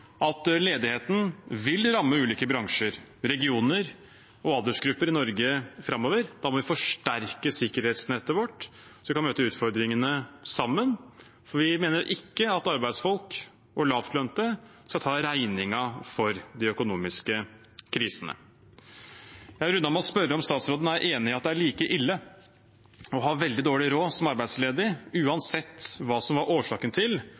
at ledigheten vil ramme ulike bransjer, regioner og aldersgrupper i Norge framover. Da må vi forsterke sikkerhetsnettet vårt, så vi kan møte utfordringene sammen, for vi mener ikke at arbeidsfolk og lavtlønte skal ta regningen for de økonomiske krisene. Jeg vil runde av med å spørre om statsråden er enig i at det er like ille å ha veldig dårlig råd som arbeidsledig uansett hva som var årsaken til